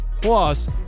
Plus